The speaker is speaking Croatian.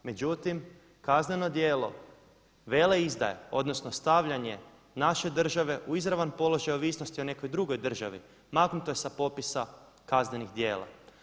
Međutim, kazneno djelo veleizdaje odnosno stavljanje naše države u izravan položaj ovisnosti o nekoj drugoj državi maknuto je sa popisa kaznenih djela.